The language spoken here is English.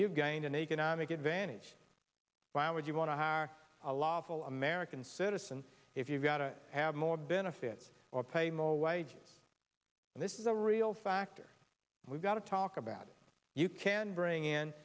you gain an economic advantage by i would you want to have a lawful american citizen if you got to have more benefits or pay more wages and this is a real factor we've got to talk about you can bring in